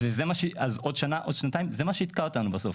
אז עוד שנה, עוד שנתיים, זה מה שיתקבע אותנו בסוף.